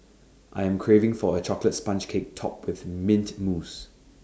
I am craving for A Chocolate Sponge Cake Topped with Mint Mousse